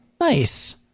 Nice